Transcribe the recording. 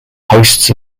hosts